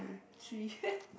three